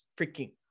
freaking